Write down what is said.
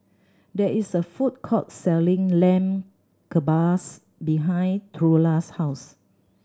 there is a food court selling Lamb Kebabs behind Trula's house